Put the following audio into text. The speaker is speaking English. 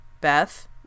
Beth